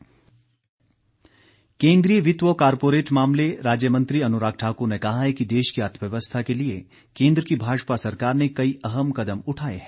अनुराग ठाकुर केन्द्रीय वित्त व कारपोरेट मामले राज्य मंत्री अनुराग ठाक्र ने कहा है कि देश की अर्थव्यवस्था के लिए केन्द्र की भाजपा सरकार ने कई अहम कदम उठाए हैं